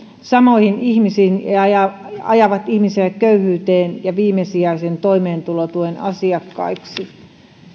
samoihin ihmisiin ja ja ajavat ihmisiä köyhyyteen ja viimesijaisen toimeentulotuen asiakkaiksi